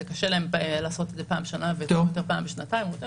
קשה להם לעשות את זה פעם בשנה ועדיף פעם בשנתיים- -- צריך